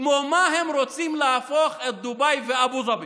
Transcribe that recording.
כמו מה הם רוצים להפוך את דובאי ואבו דאבי,